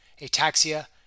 ataxia